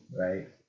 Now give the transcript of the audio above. right